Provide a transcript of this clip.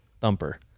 Thumper